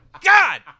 God